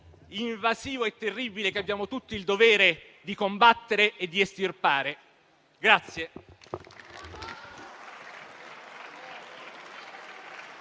invasivo e terribile che abbiamo tutti il dovere di combattere ed estirpare.